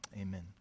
amen